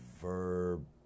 verb